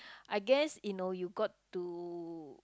I guess you know you got to